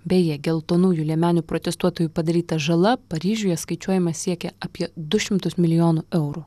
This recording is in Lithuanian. beje geltonųjų liemenių protestuotojų padaryta žala paryžiuje skaičiuojama siekia apie du šimtus milijonų eurų